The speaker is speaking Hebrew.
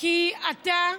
כי אתה,